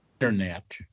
internet